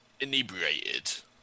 inebriated